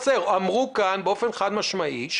אמרו כאן באופן חד-משמעי,